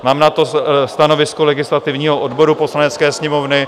Mám na to stanovisko legislativního odboru Poslanecké sněmovny.